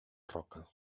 roca